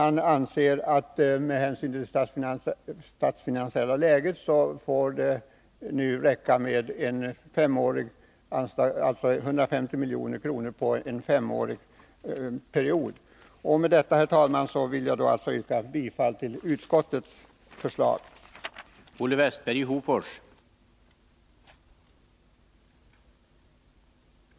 Han anser att det med hänsyn till det statsfinansiella läget får räcka med 150 milj.kr. under en femårsperiod. Med det sagda yrkar jag bifall till utskottets hemställan.